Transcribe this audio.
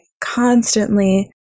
constantly